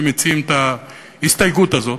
שמציעים את ההסתייגות הזאת.